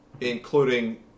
including